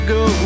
go